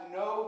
no